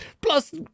plus